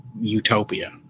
utopia